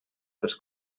els